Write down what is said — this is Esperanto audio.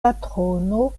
patrono